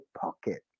pocket